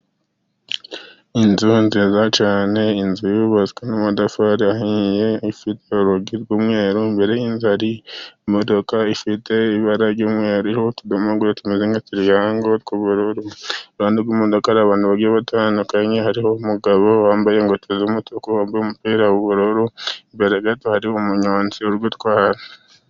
Inzu nziza cyane, inzu yubatswe n'amatafari ahiye, ifite urugi rw'umweru, imbere y'inzu hari imodoka ifite ibara ry'umweru, hariho utudomo tumeze nka tiriyango tw'ubururu, iruhande rw'imudoka hari abantu bagiye batandukanye, hariho umugabo wambaye ingofero y'umutuku, wambaye umupira w'ubururu, imbere gato hariho umunyozi uri gutwara.